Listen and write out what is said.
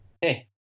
Hey